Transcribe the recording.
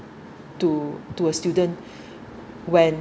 to to a student when